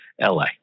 LA